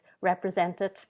represented